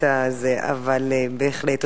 בהחלט.